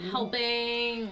Helping